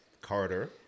Carter